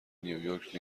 نیویورک